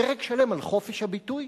פרק שלם על חופש הביטוי,